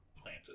planted